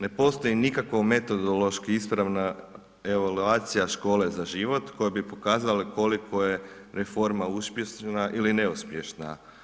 Ne postoji nikakvo metodološki ispravna evaluacija Škole za život koja bi pokazala koliko je reforma uspješna ili neuspješna.